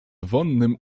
wonnym